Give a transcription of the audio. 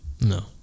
No